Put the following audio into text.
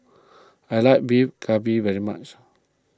I like Beef Galbi very much